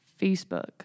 Facebook